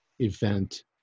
event